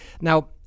now